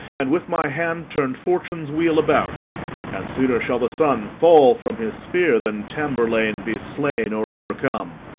and with my hand turn fortune's wheel about and sooner shall the sun fall from his sphere than tamburlaine be slain or overcome.